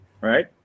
right